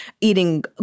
eating